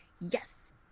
Yes